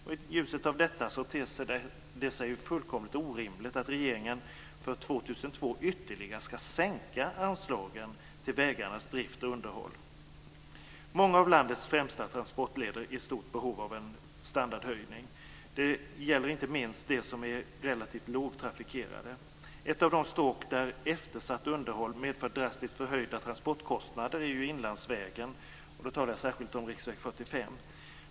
I ljuset av detta ter det sig fullkomligt orimligt att regeringen för 2002 ytterligare sänker anslagen till vägarnas drift och underhåll. Många av landets främsta transportleder är i stort behov av en standardhöjning. Det gäller inte minst de som är relativt lågtrafikerade. Ett av de stråk där eftersatt underhåll medför drastiskt förhöjda transportkostnader är ju inlandsvägen. Jag talar då särskilt om riksväg 45.